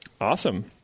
awesome